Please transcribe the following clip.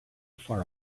far